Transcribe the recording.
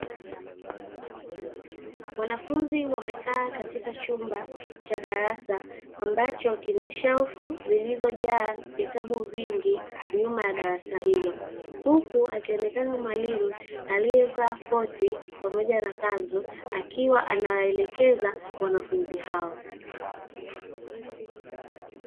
Wanafunzi wamekaa katika chumba cha darasa ambacho kina shelfu zilizojaa vitabu vingi nyuma ya darasa hilo, huku akionekana mwalimu aliyevaa koti pamoja na kanzu akiwa anawaelekeza wanafunzi hao.